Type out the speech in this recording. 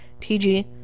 TG